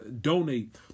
donate